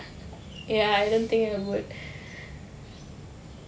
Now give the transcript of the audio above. ya I don't think I would